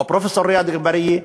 או פרופסור ריאד אגבאריה,